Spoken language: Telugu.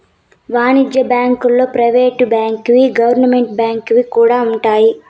వాణిజ్య బ్యాంకుల్లో ప్రైవేట్ వి గవర్నమెంట్ వి కూడా ఉన్నాయి